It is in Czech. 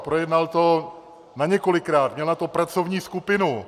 Projednal to na několikrát, měl na to pracovní skupinu.